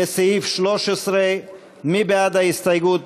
לסעיף 13. מי בעד ההסתייגות?